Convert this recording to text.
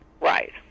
Right